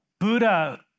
Buddha